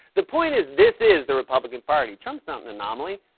the point is, this is the republican party. trump is not an anomaly.